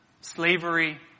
Slavery